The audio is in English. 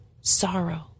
sorrow